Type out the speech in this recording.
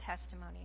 testimony